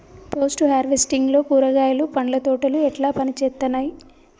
Post harvesting లో కూరగాయలు పండ్ల తోటలు ఎట్లా పనిచేత్తనయ్?